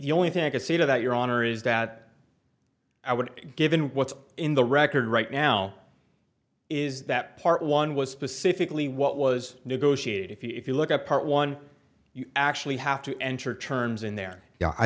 the only thing i could say to that your honor is that i would given what's in the record right now is that part one was specifically what was negotiated if you look at part one you actually have to enter terms in there yeah i